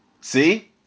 see